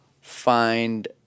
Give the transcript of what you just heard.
find